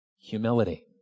humility